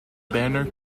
banner